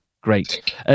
great